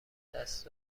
دست